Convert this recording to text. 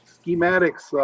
schematics